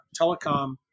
telecom